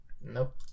nope